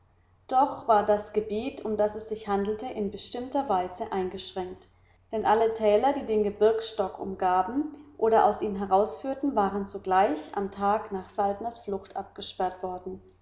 doch war das gebiet um das es sich handelte in bestimmter weise eingeschränkt denn alle täler die den gebirgsstock umgaben oder aus ihm herausführten waren sogleich am tag nach saltners flucht abgesperrt worden